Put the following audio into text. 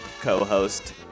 co-host